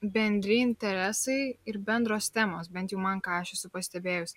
bendri interesai ir bendros temos bent jau man ką aš esu pastebėjus